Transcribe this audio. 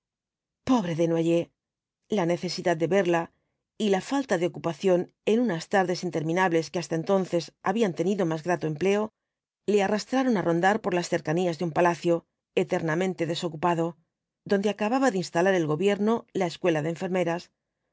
pobre desnoyers la necesidad de verla y la falta de ocupación en unas tardes interminables que hasta entonces habían tenido más grato empleo le arrastraron á rondar por las cercanías de un palacio eternamente desocupado donde acababa de instalar el gobierno la escuela de enfermeras